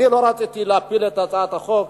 אני לא רציתי להפיל את הצעת החוק,